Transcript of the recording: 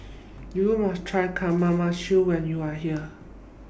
YOU must Try Kamameshi when YOU Are here